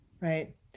right